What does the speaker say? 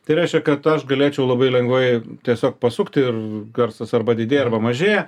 tai reiškia kad aš galėčiau labai lengvai tiesiog pasukt ir garsas arba didėja arba mažėja